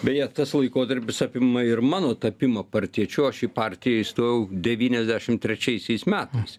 beje tas laikotarpis apima ir mano tapimą partiečiu aš į partiją įstojau devyniasdešim trečiaisiais metais